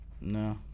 No